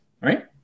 right